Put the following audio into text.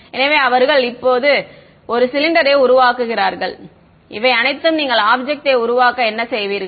எனவே அவர்கள் இங்கே ஒரு சிலிண்டரை உருவாக்குகிறார்கள் இவை அனைத்தும் நீங்கள் ஆப்ஜெக்ட்யை உருவாக்க என்ன செய்வீர்கள்